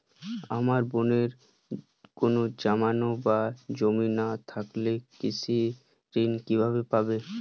আমার বোনের কোন জামানত বা জমি না থাকলে কৃষি ঋণ কিভাবে পাবে?